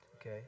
okay